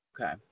okay